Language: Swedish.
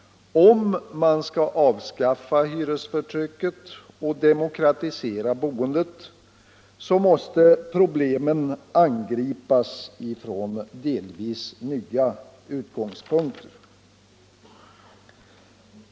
Om man skall göra slut på hyresförtrycket och demokratisera boendet måste problemen angripas från delvis nya utgångspunkter.